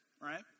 right